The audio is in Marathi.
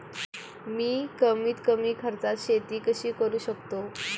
मी कमीत कमी खर्चात शेती कशी करू शकतो?